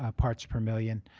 ah parts per million.